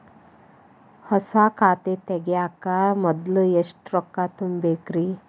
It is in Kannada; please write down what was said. ಹೊಸಾ ಖಾತೆ ತಗ್ಯಾಕ ಮೊದ್ಲ ಎಷ್ಟ ರೊಕ್ಕಾ ತುಂಬೇಕ್ರಿ?